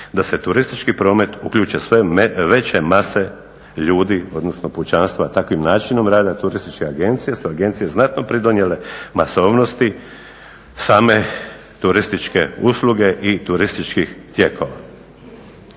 da se u turistički promet uključe sve veće mase ljudi, odnosno pučanstva. Takvim načinom rada turističke agencije su agencije znatno pridonijele masovnosti same turističke usluge i turističkih tijekova.